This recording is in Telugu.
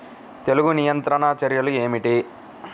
తెగులు నియంత్రణ చర్యలు ఏమిటి?